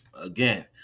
Again